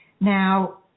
now